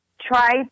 try